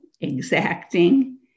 exacting